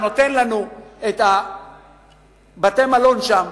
שנותן לנו את בתי-המלון שם,